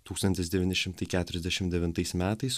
tūkstantis devyni šimtai keturiasdešim devintais metais